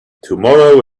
tomorrow